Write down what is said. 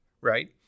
right